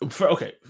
Okay